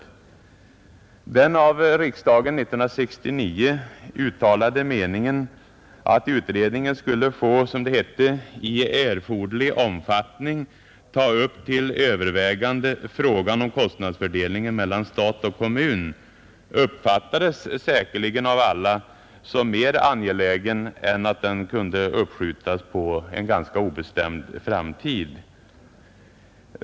Riksdagen uttalade år 1969 den meningen att utredningen skulle få ”i erforderlig omfattning ta upp till övervägande frågan om kostnadsfördelningen mellan stat och kommun”. Frågan uppfattades säkerligen av alla som mer angelägen än att den kunde uppskjutas på obestämd tid.